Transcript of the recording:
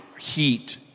heat